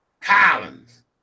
Collins